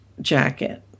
jacket